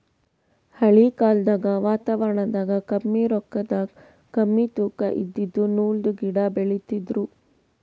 ಹಳಿ ಕಾಲ್ದಗ್ ವಾತಾವರಣದಾಗ ಕಮ್ಮಿ ರೊಕ್ಕದಾಗ್ ಕಮ್ಮಿ ತೂಕಾ ಇದಿದ್ದು ನೂಲ್ದು ಗಿಡಾ ಬೆಳಿತಿದ್ರು